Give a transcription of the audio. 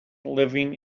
living